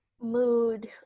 Mood